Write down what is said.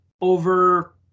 over